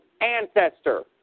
ancestor